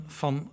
van